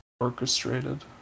orchestrated